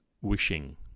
wishing